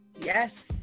Yes